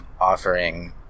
offering